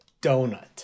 donut